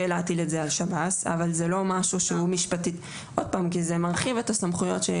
להטיל את על שב"ס כי זה מרחיב את הסמכויות.